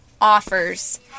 offers